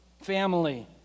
family